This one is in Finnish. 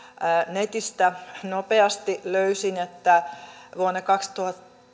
netistä nopeasti löysin että vuonna